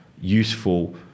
useful